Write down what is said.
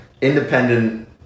independent